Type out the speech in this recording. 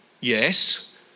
Yes